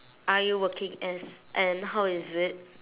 are you working as and how is it